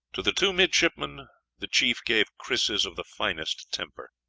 to the two midshipmen the chief gave krises of the finest temper.